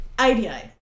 ADA